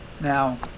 Now